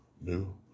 new